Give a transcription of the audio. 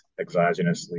exogenously